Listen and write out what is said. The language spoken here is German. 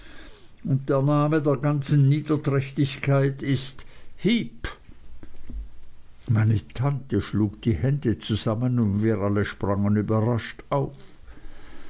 und der name der ganzen niederträchtigkeit ist heep meine tante schlug die hände zusammen und wir alle sprangen überrascht auf